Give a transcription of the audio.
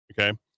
okay